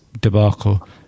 debacle